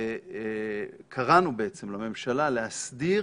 וקראנו בעצם לממשלה להסדיר